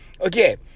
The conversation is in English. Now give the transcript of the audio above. Okay